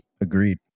Agreed